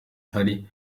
hari